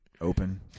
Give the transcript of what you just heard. Open